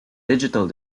digital